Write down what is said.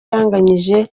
yanganyije